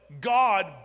God